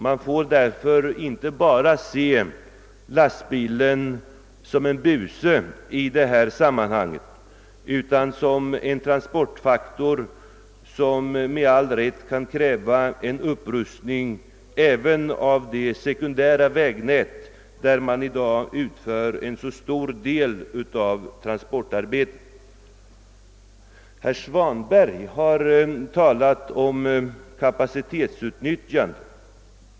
Man får därför inte barå se lastbilen som en buse i detta sammanhang utan som en transportfaktor, vilken med all rätt kan kräva en upprustning även av det sekundära vägnät, på vilket i dag utförs en så stor del av transportarbetet. Herr Svanberg talade om kapacitetsutnyttjande.